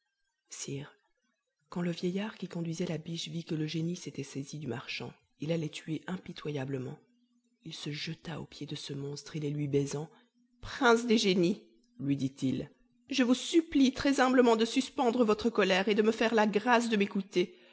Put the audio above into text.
quand le vieillard qui conduisait la biche vit que le génie s'était saisi du marchand et l'allait tuer impitoyablement il se jeta aux pieds de ce monstre et les lui baisant prince des génies lui dit-il je vous supplie très humblement de suspendre votre colère et de me faire la grâce de m'écouter